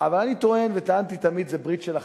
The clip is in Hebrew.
אבל אני טוען וטענתי תמיד שזאת ברית של חיים.